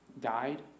died